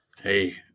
Hey